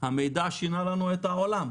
המידע שינה לנו את העולם.